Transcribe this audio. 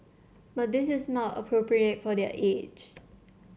but this is not appropriate for their age